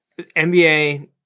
NBA